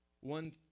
One